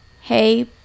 Hey